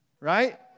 Right